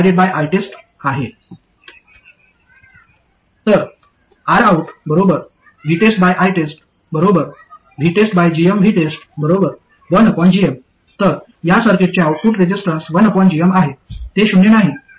तर या सर्किटचे आउटपुट रेझिस्टन्स 1gm आहे ते शून्य नाही